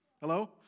Hello